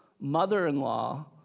mother-in-law